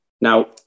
Now